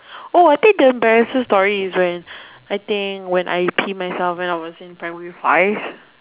oh I think the embarrasses story is when I think when I pee myself when I was in primary five